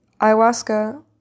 ayahuasca